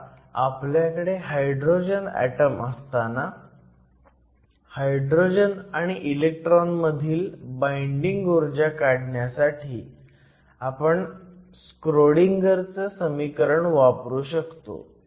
आता आपल्याकडे hydrogen atom असताना हायड्रोजन आणि इलेक्ट्रॉनमधील बाईंडिंग ऊर्जा काढण्यासाठी आपण स्क्रोडिंगर चं समीकरण वापरू शकतो